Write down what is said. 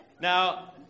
Now